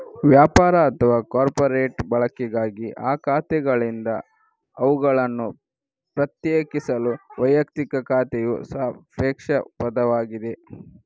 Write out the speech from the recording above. ವ್ಯಾಪಾರ ಅಥವಾ ಕಾರ್ಪೊರೇಟ್ ಬಳಕೆಗಾಗಿ ಆ ಖಾತೆಗಳಿಂದ ಅವುಗಳನ್ನು ಪ್ರತ್ಯೇಕಿಸಲು ವೈಯಕ್ತಿಕ ಖಾತೆಯು ಸಾಪೇಕ್ಷ ಪದವಾಗಿದೆ